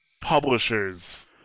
publishers